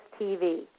TV